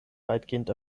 weitgehend